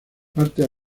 partes